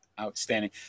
Outstanding